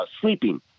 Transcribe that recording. sleeping